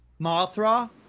Mothra